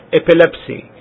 epilepsy